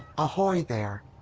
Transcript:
ahoy there!